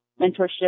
mentorship